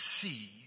see